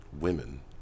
Women